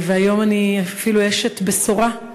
היום אני אפילו אשת בשורה: